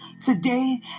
today